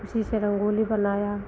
उसी से रंगोली बनाया